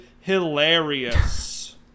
hilarious